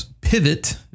pivot